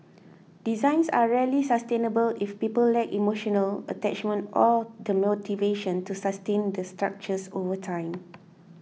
designs are rarely sustainable if people lack emotional attachment or the motivation to sustain the structures over time